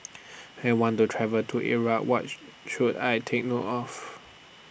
I want to travel to Iraq What should I Take note of